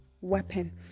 weapon